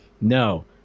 no